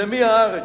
למי הארץ.